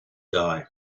die